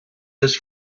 this